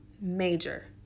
Major